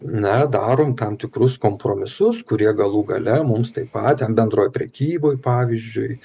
na darom tam tikrus kompromisus kurie galų gale mums taip pat ten bendroj prekyboj pavyzdžiui